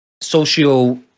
social